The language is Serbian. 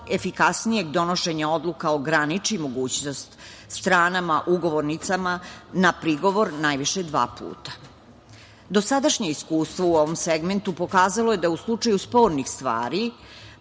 efikasnijeg donošenja odluka ograniči mogućnost stranama ugovornicima na prigovor najviše dva puta. Dosadašnje iskustvo u ovom segmentu pokazalo je da u slučaju spornih stvari